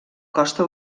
costa